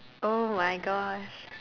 oh-my-Gosh